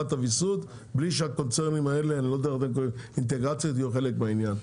את הוויסות בלי שהאינטגרציה תהיה חלק מהעניין.